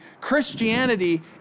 Christianity